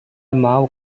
mau